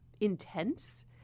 intense